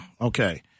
Okay